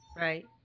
right